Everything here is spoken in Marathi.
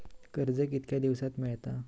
कर्ज कितक्या दिवसात मेळता?